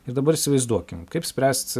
ir dabar įsivaizduokim kaip spręsti